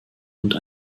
und